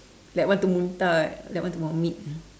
like want to muntah like want to vomit ah